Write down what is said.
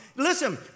Listen